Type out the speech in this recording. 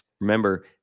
Remember